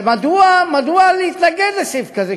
מדוע להתנגד לסעיף כזה,